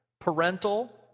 parental